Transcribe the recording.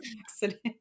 accident